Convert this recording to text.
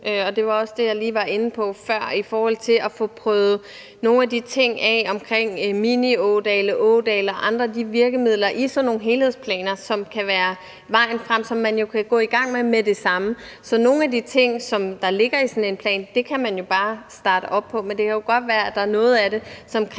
det var også det, jeg lige var inde på før – i forhold til at få prøvet nogle af de ting af omkring miniådale, ådale og andre af de virkemidler i sådan nogle helhedsplaner, som kan være vejen frem, og som man jo kan gå i gang med med det samme. Så nogle af de ting, som ligger i sådan en plan, kan man jo bare starte op med; men det kan jo godt være, at der er noget af det, som kræver